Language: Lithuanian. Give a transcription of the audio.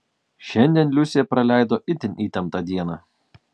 šiandien liusė praleido itin įtemptą dieną